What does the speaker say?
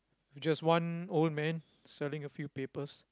just one old man selling a few papers